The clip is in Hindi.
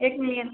देख लिए